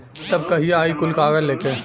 तब कहिया आई कुल कागज़ लेके?